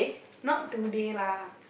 not today lah